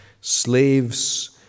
slaves